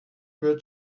bridge